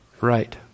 Right